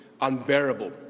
unbearable